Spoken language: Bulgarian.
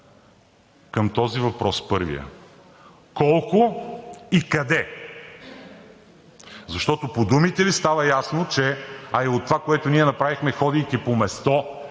Към този първия въпрос: колко и къде? Защото по думите Ви става ясно, а и от това, което ние направихме, ходейки на място